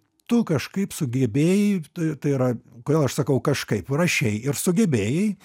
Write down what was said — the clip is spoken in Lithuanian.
tu kažkaip sugebėjai tai yra kodėl aš sakau kažkaip rašei ir sugebėjai